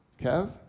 Kev